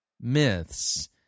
myths